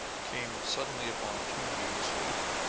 came suddenly upon two bees feeding.